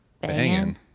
banging